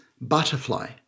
butterfly